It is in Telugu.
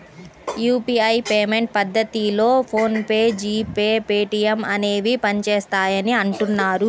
యూపీఐ పేమెంట్ పద్ధతిలో PhonePe, GPay, Paytm అనేవి పనిచేస్తాయని అంటున్నారు